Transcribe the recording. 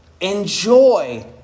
Enjoy